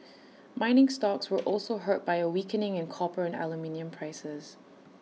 mining stocks were also hurt by A weakening in copper and aluminium prices